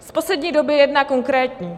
V poslední době jedna konkrétní.